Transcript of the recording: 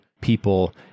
people